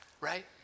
right